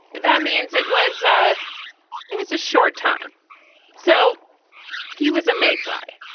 that means it was. ah it was a short time so he was a made fly.